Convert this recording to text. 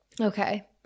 Okay